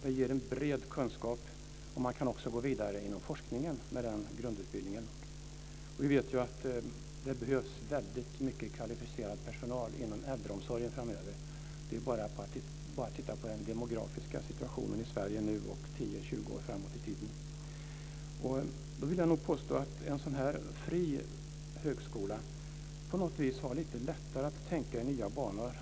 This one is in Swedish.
Det ger en bred kunskap, och man kan också gå vidare inom forskningen med den grundutbildningen. Vi vet ju att det behövs väldigt mycket kvalificerad personal inom äldreomsorgen framöver. Det är bara att titta på den demografiska situationen i Sverige nu och 10-20 år framåt i tiden. Jag vill nog påstå att en sådan här fri högskola på något vis har lite lättare att tänka i nya banor.